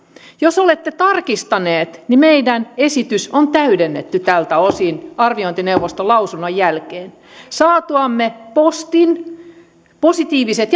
jos olette tarkistaneet niin meidän esitystämme on täydennetty tältä osin arviointineuvoston lausunnon jälkeen saatuamme postin positiiviset